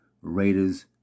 Raiders